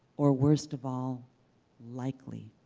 or worst of all likely.